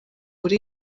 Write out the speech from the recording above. buri